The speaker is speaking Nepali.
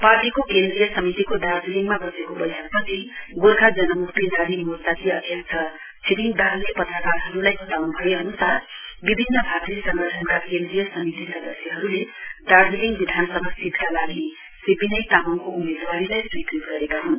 पार्टीको केन्द्रीय समितिको दार्जीलिङमा बसेको बैठकपछि गोर्खा जनम्क्ति नारी मोर्चाकी अध्यक्ष छिरिङ दाहालले पत्रकारहरूलाई बताउन् भए अन्सार विभिन्न भातृ संगठनका केन्द्रीय समिति सदस्यहरूले दार्जीलिङ विधानसभा सीटका लागि श्री विनय तामङको उम्मेदवारीलाई स्वीकृत गरेका हन्